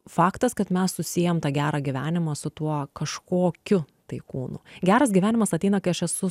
faktas kad mes susiejam tą gerą gyvenimą su tuo kažkokiu tai kūnu geras gyvenimas ateina kai aš esu